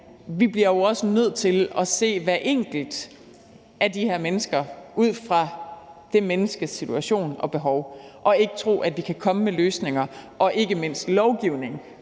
jo bliver nødt til at se hvert enkelt af de her mennesker ud fra det menneskes situation og behov og ikke tro, at vi kan komme med løsninger og ikke mindst lovgivning,